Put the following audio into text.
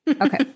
Okay